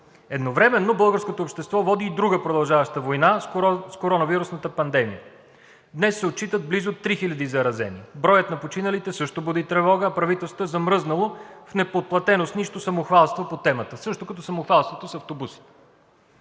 Едновременно българското общество води и друга продължаваща война с коронавирусната пандемия. Днес се отчитат близо 3000 заразени. Броят на починалите също буди тревога, а правителството е замръзнало в неподплатено с нищо самохвалство по темата, също като самохвалството с автобусите.